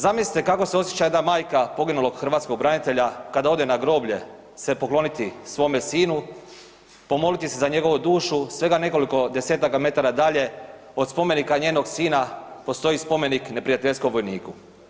Zamislite kako se osjeća jedna majka poginulog hrvatskog branitelja kada ode na groblje se pokloniti svome sinu, pomoliti se za njegovu dušu, svega nekoliko desetaka metara dalje, od spomenika njenog sina postoji spomenika neprijateljskom vojniku.